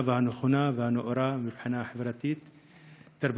והנכונה והנאורה מבחינה חברתית-תרבותית,